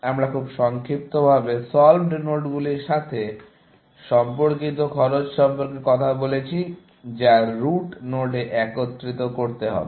আমরা খুব সংক্ষিপ্তভাবে সল্ভড নোডগুলির সাথে সম্পর্কিত খরচ সম্পর্কে কথা বলেছি এবং যা রুট নোডে একত্রিত করতে হবে